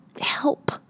help